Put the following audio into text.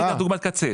בואו ניקח דוגמת קצה.